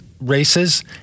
races